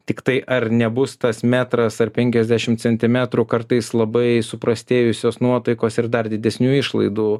tiktai ar nebus tas metras ar penkiasdešim centimetrų kartais labai suprastėjusios nuotaikos ir dar didesnių išlaidų